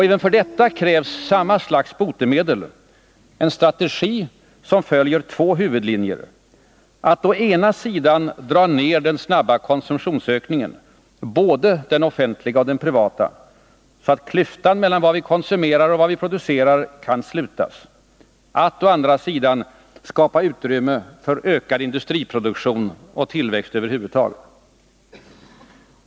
Även för detta krävs samma slags botemedel — en strategi som följer två huvudlinjer: att å ena sidan dra ned den snabba konsumtionsökningen — både den offentliga och den privata — så att klyftan mellan vad vi konsumerar och vad vi producerar kan slutas och att å andra sidan skapa utrymme för ökad industriproduktion och tillväxt över huvud taget.